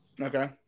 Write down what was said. Okay